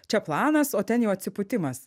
čia planas o ten jau atsipūtimas